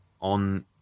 on